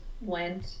went